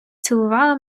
цілувала